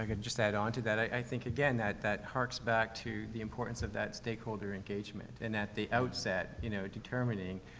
and just add on to that, i, i think, again, that, that harks back to the importance of that stakeholder engagement. and at the outset, you know, determining,